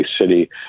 city